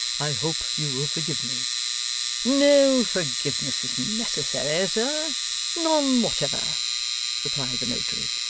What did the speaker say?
i hope you will forgive me no forgiveness is necessary, sir none whatever replied the notary.